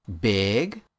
big